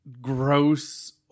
gross